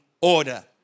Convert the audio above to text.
order